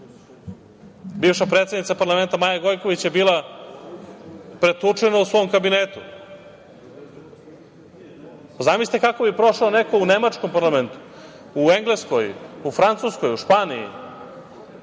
predsednica parlamenta Maja Gojković je bila pretučena u svom kabinetu. Zamislite kako bi prošao neko u nemačkom parlamentu, u Engleskoj, u Francuskoj, u Španiji,